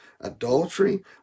adultery